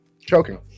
Choking